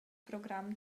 program